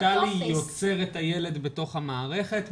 יוצר את הילד בתוך המערכת,